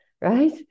right